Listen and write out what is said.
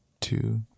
two